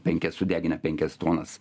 penkias sudegina penkias tonas